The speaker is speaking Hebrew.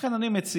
לכן אני מציע,